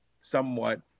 somewhat